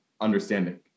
understanding